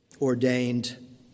ordained